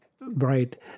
Right